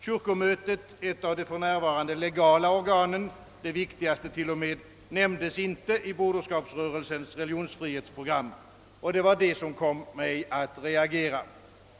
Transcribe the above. Kyrkomötet, ett av de för närvarande legala organen, det viktigaste till och med, nämndes inte i Broderskapsrörelsens = religionsfrihetsprogram, och det var det som kom mig att reagera.